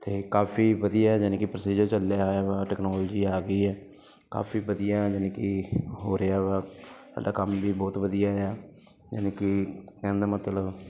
ਅਤੇ ਕਾਫੀ ਵਧੀਆ ਯਾਨੀ ਕਿ ਪ੍ਰੋਸੀਜਰ ਚੱਲਿਆ ਹੋਇਆ ਵਾ ਟੈਕਨੋਲਜੀ ਆ ਗਈ ਹੈ ਕਾਫੀ ਵਧੀਆ ਯਾਨੀ ਕਿ ਹੋ ਰਿਹਾ ਵਾ ਸਾਡਾ ਕੰਮ ਵੀ ਬਹੁਤ ਵਧੀਆ ਆ ਯਾਨੀ ਕਿ ਕਹਿਣ ਦਾ ਮਤਲਬ